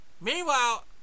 Meanwhile